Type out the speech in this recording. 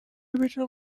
original